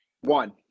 One